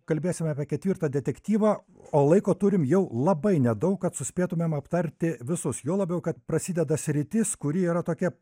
kalbėsim apie ketvirtą detektyvą o laiko turim jau labai nedaug kad suspėtumėm aptarti visus juo labiau kad prasideda sritis kuri yra tokia